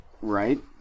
right